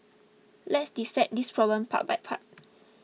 let's dissect this problem part by part